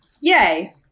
Yay